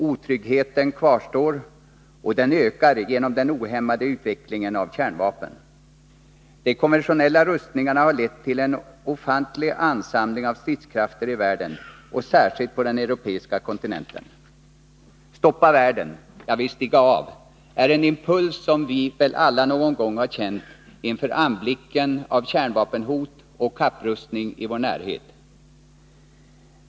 Otryggheten kvarstår, och den ökar genom den ohämmade utvecklingen av kärnvapen. De konventionella rustningarna har lett till en ofantlig ansamling av stridskrafter i världen, särskilt på den europeiska kontinenten. ”Stoppa världen! Jag vill stiga av” är en impuls som vi väl alla någon gång har känt inför anblicken av kärnvapenhot och kapprustning i vår närhet.